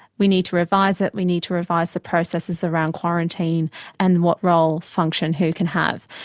we need to revise it, we need to revise the processes around quarantine and what role function who can have.